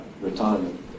retirement